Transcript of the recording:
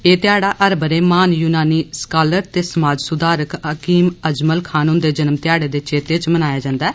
एह ध्याड़ा हर बरे महान य्नानी सकालर ते समाज सुधारक हकीम अजमल खान हंदे जन्म ध्याड़े दे चैते इच मनाया जंदा ऐ